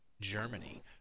Germany